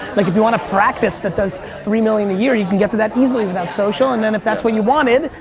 like if you want a practice that does three million a year, you can get to that easily without social and then if that's what you wanted,